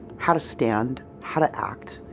how to stand, how to act,